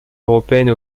européenne